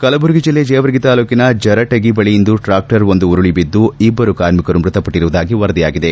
ಕಲಬುರಗಿ ಜಿಲ್ಲೆ ಜೇವರ್ಗಿ ತಾಲೂಕಿನ ಜರಟಗಿ ಬಳಿ ಇಂದು ಟ್ರಾಕ್ಷರ್ ಉರುಳಿ ಬಿದ್ದು ಇಬ್ಬರು ಕಾರ್ಮಿಕರು ಮೃತಪಟ್ಟರುವುದಾಗಿ ವರದಿಯಾಗಿದೆ